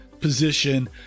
position